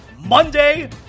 Monday